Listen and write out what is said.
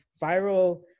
viral